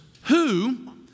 who